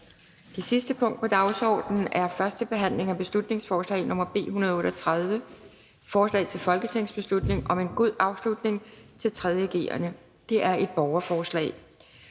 Det sidste punkt på dagsordenen er: 5) 1. behandling af beslutningsforslag nr. B 138: Forslag til folketingsbeslutning om en god afslutning til 3. g'erne (borgerforslag).